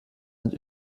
sind